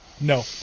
No